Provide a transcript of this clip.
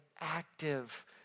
active